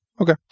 Okay